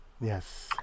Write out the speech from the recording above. Yes